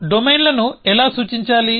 డొమైన్లను ఎలా సూచించాలి